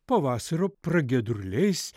pavasario pragiedruliais